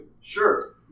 sure